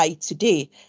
today